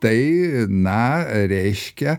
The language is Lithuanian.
tai na reiškia